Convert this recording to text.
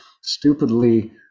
stupidly